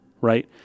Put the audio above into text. right